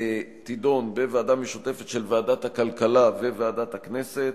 תידון בוועדה משותפת של ועדת הכלכלה וועדת הכנסת.